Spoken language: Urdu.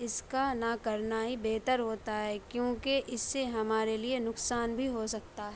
اس کا نہ کرنا ہی بہتر ہوتا ہے کیونکہ اس سے ہمارے لیے نقصان بھی ہو سکتا ہے